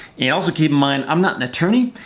and also keep in mind, i'm not an attorney,